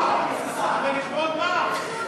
אבל לכבוד מה הוא מדבר?